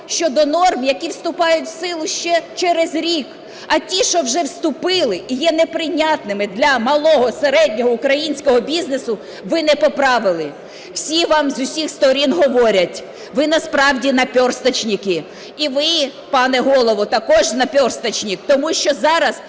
щодо норм, які вступають в силу ще через рік, а ті, що вже вступили і є неприйнятними для малого і середнього українського бізнесу, ви не поправили. Всі вам з усіх сторін говорять, ви насправді наперсточники. І ви, пане Голово, також наперсточник, тому що зараз